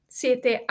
siete